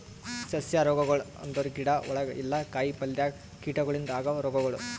ಸಸ್ಯ ರೋಗಗೊಳ್ ಅಂದುರ್ ಗಿಡ ಒಳಗ ಇಲ್ಲಾ ಕಾಯಿ ಪಲ್ಯದಾಗ್ ಕೀಟಗೊಳಿಂದ್ ಆಗವ್ ರೋಗಗೊಳ್